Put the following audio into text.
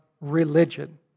religion